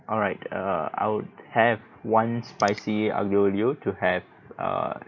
alright err I would have one spicy aglio olio to have err